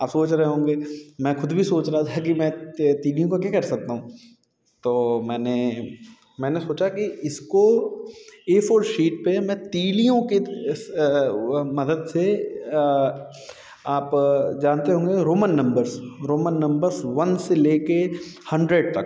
आप सोच रहे होंगे मैं खुद भी सोच रहा था कि मैं तीलियों का क्या कर सकता हूँ तो मैंने मैंने सोचा कि इसको ए फोर शीट पे मैं तीलियों के मदद से आप जानते होंगे Roman numbers Roman numbers one से ले के हंड्रेड तक